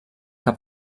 que